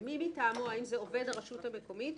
"מי מטעמו" האם זה עובד הרשות המקומית,